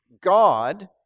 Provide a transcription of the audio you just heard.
God